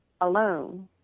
alone